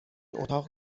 اتاق